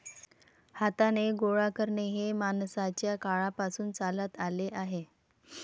हाताने गोळा करणे हे माणसाच्या काळापासून चालत आले आहे